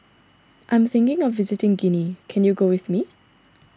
I am thinking of visiting Guinea can you go with me